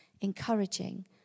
encouraging